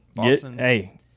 Hey